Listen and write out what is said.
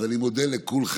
אז אני מודה לכולכם.